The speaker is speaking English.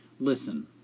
listen